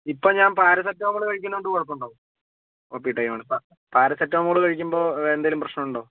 ഇപ്പോൾ ഞാൻ പാരസെറ്റമോൾ കഴിക്കുന്നത് കൊണ്ട് കുഴപ്പം ഉണ്ടോ ഓ പി ടൈം ആണ് പാരാസെറ്റമോൾ കഴിക്കുമ്പോൾ എന്തെങ്കിലും പ്രശ്നം ഉണ്ടോ